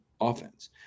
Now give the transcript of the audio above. offense